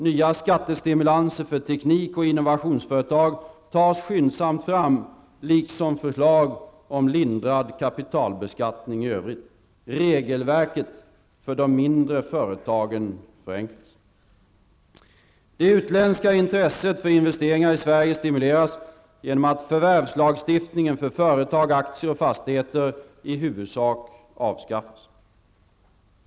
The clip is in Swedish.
Nya skattestimulanser för teknik och innovationsföretag tas skyndsamt fram liksom förslag om lindrad kapitalbeskattning i övrigt. Det utländska intresset för investeringar i Sverige stimuleras genom att förvärvslagstiftningen för företag, aktier och fastigheter i huvudsak avskaffas.